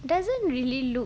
it doesn't really look